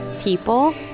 people